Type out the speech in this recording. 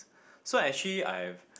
so actually I've